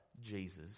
Jesus